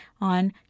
on